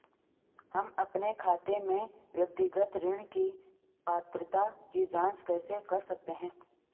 हम अपने खाते में व्यक्तिगत ऋण की पात्रता की जांच कैसे कर सकते हैं?